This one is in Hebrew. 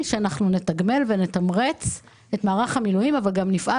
שנתגמל ונתמרץ את מערך המילואים וגם נפעל